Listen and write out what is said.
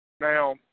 Now